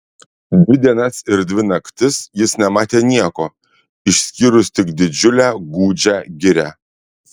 dvi dienas ir dvi naktis jis nematė nieko išskyrus tik didžiulę gūdžią girią